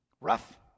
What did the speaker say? Rough